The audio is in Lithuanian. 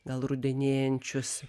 gal rudenėjančius